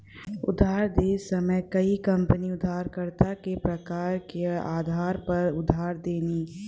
उधार देत समय कई कंपनी उधारकर्ता के प्रकार के आधार पर उधार देनी